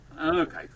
Okay